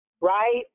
Right